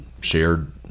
shared